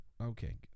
Okay